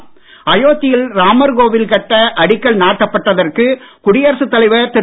ராம்நாத் அயோத்தியில் ராமர் கோவில் கட்ட அடிக்கல் நாட்டப்பட்டதற்கு குடியரசுத் தலைவர் திரு